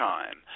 Time